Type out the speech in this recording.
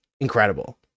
incredible